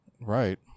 Right